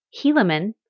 Helaman